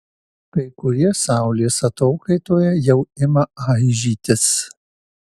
kai kurie saulės atokaitoje jau ima aižytis